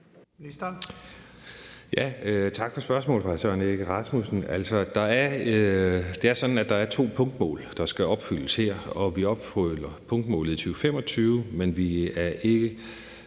Tak for spørgsmålet fra hr. Søren Egge Rasmussen. Det er sådan, at der er to punktmål, der skal opfyldes her, og vi opfylder punktmålet i 2025, men vi er ikke